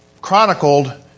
chronicled